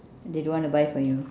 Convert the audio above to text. they don't want to buy for you